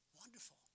Wonderful